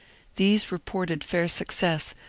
these reported fair success,